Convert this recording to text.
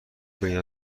بین